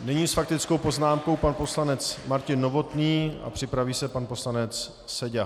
Nyní s faktickou poznámkou pan poslanec Martin Novotný a připraví se pan poslanec Seďa.